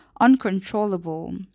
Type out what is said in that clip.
uncontrollable